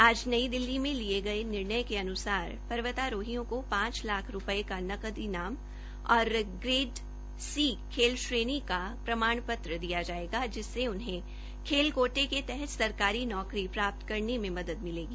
आज नई दिल्ली में लिये निर्णय के अन्सार पर्वतारोहियों को पांच लाख रुपये का नकद प्रस्कार और ग्रेड सी खेल श्रेणी का प्रमाणपत्र दिया जाएगा जिससे उन्हें खेल कोटे के तहत सरकारी नौकरी प्र्राप्त करने में मदद मिलेगी